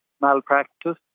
malpractice